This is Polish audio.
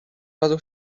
razu